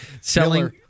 selling